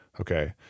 okay